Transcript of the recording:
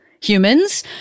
humans